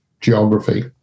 geography